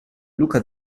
luca